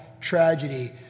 tragedy